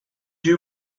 you